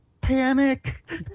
panic